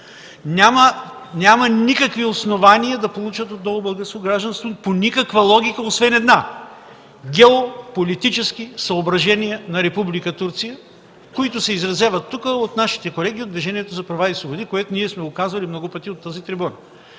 Няма никакви основания да получат отново българско гражданство по никаква логика, освен една – геополитически съображения на Република Турция, които се изразяват тук от нашите колеги от Движението за права и свободи, което ние сме казвали много пъти от тази трибуна.